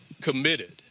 committed